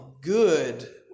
good